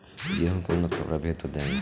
गेंहू के उन्नत प्रभेद बताई?